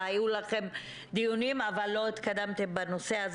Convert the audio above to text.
והיו לכם דיונים אבל לא התקדמתם בנושא.